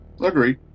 agree